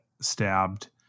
stabbed